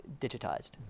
digitized